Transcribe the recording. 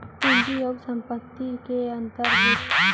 पूंजी अऊ संपत्ति ले का अंतर हे?